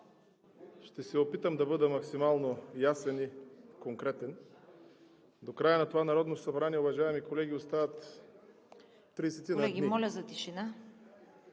Ще се опитам да бъда максимално ясен и конкретен. До края на това Народно събрание, уважаеми колеги, остават тридесетина дни.